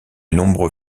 nombreux